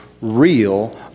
real